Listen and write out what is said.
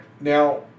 Now